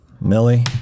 Millie